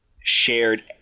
shared